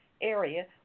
area